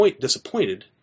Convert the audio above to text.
disappointed